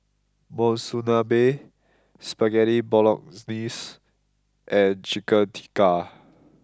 Monsunabe Spaghetti Bolognese and Chicken Tikka